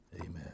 Amen